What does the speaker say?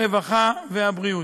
הרווחה והבריאות.